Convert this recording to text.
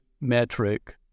metric